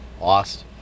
Lost